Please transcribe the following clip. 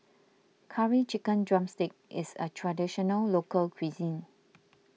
Curry Chicken Drumstick is a Traditional Local Cuisine